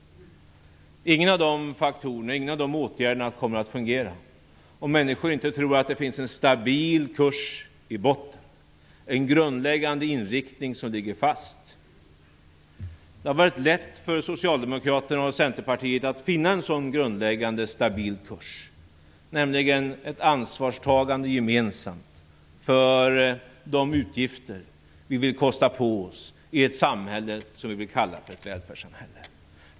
Ingen av dessa åtgärder kommer att fungera om människor inte tror att det finns en stabil kurs i botten, en grundläggande inriktning som ligger fast. Det har varit lätt för centerpartister och socialdemokrater att finna en sådan grundläggande och stabil kurs, nämligen ett gemensamt ansvarstagande för de utgifter som vi vill kosta på oss i ett samhälle som vi vill kalla för ett välfärdssamhälle.